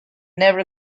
never